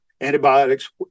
antibiotics